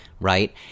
right